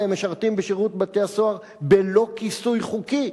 והם משרתים בשירות בתי-הסוהר בלא כיסוי חוקי.